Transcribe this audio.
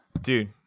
dude